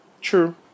True